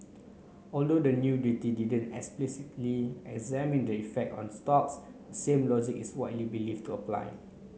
although the new didn't explicitly examine the effect on stocks same logic is widely believed to apply